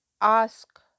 ask